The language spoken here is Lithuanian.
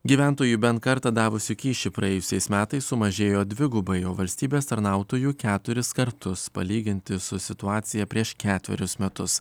gyventojų bent kartą davusių kyšį praėjusiais metais sumažėjo dvigubai o valstybės tarnautojų keturis kartus palyginti su situacija prieš ketverius metus